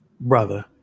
brother